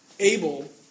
Able